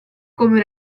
come